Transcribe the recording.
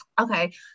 Okay